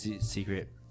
secret